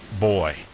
boy